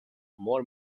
more